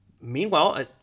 Meanwhile